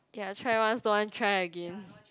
ya try once don't want try again